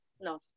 No